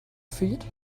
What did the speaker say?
feet